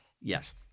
Yes